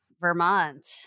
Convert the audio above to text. Vermont